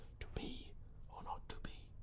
to be or not to be?